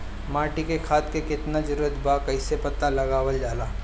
माटी मे खाद के कितना जरूरत बा कइसे पता लगावल जाला?